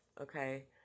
okay